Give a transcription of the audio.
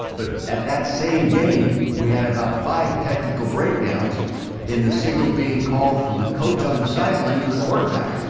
but, at that same game, we had about five technical breakdowns in the signal being called from the coach on the sideline to the quarterback.